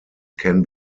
can